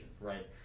right